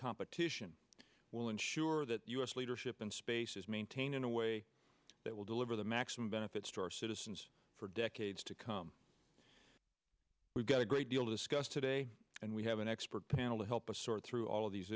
competition will ensure that u s leadership in space is maintained in a way that will deliver the maximum benefits to our citizens for decades to come we've got a great deal to discuss today and we have an expert panel to help us sort through all of these